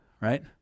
right